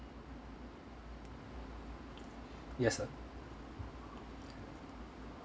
yes sir